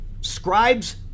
Scribes